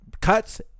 cuts